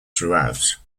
throughout